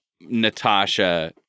natasha